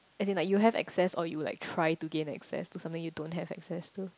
as in like you have access or you like try to gain access to something you don't have access to